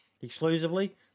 exclusively